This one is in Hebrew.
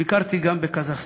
ביקרתי גם בקזחסטן,